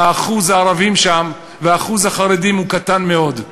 אחוז הערבים ואחוז החרדים הוא קטן מאוד.